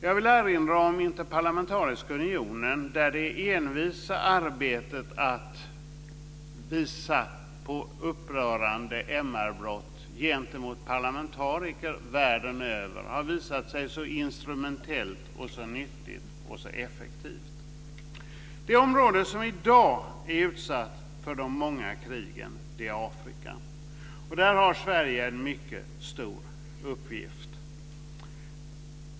Jag vill erinra om Interparlamentariska unionen, där det envisa arbetet med att visa på upprörande MR-brott gentemot parlamentariker världen över har visat sig så instrumentellt, nyttigt och effektivt. Det område som i dag är utsatt för de många krigen är Afrika, och där har Sverige en mycket stor uppgift.